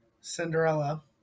Cinderella